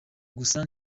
gusa